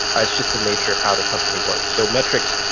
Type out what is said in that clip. it's just the nature of how the company works. so metrics,